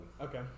Okay